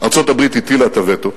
שארצות-הברית הטילה את הווטו.